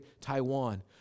Taiwan